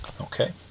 Okay